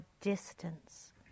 distance